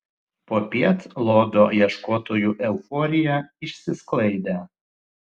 popiet lobio ieškotojų euforija išsisklaidė